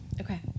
Okay